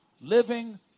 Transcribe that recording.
living